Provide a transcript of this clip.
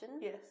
Yes